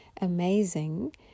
amazing